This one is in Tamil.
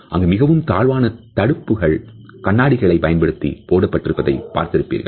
அங்கு மிகவும் தாழ்வான தடுப்புகள் கண்ணாடிகளை பயன்படுத்தி போடப் பட்டிருப்பதைப் பார்த்து இருப்பீர்கள்